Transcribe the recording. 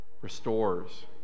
restores